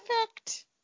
perfect